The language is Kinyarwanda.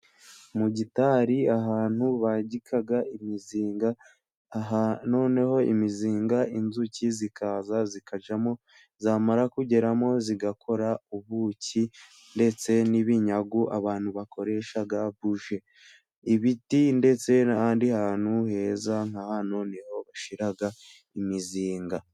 Mu gitari ahantu bagika imizinga, noneho imizinga inzuki zikaza zikajyamo, zamara kugeramo zigakora ubuki ndetse n'ibinyagu abantu bakoresha buji. Ibiti ndetse n'ahandi hantu heza nka hano ni ho bashyira imizinga.